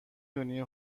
دونی